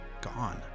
gone